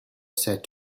said